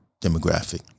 demographic